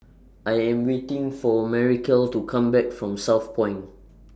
I Am waiting For Maricela to Come Back from Southpoint